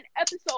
episode